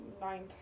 ninth